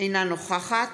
אינה נוכחת